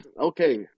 okay